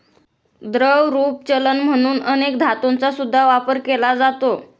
द्रवरूप चलन म्हणून अनेक धातूंचा सुद्धा वापर केला जातो